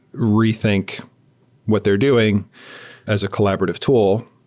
rethink what they're doing as a collaborative tool.